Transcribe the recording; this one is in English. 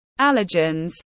allergens